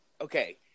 okay